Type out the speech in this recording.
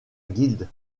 guilde